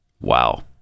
Wow